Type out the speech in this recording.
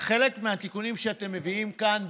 חלק מהתיקונים שאתם מביאים כאן,